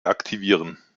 aktivieren